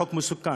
חוק מסוכן,